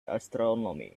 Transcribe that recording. astronomy